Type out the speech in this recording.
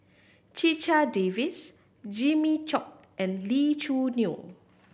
Checha Davies Jimmy Chok and Lee Choo Neo